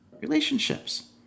Relationships